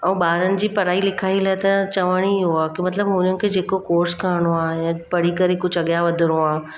ऐं ॿारनि जी पढ़ाई लिखाई लाइ त चवण ई उहो आहे की मतिलबु हुननि खे जेको कोर्स करिणो आहे या पढ़ी करे कुझु अॻियां वधिणो आहे